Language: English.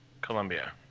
Colombia